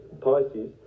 Pisces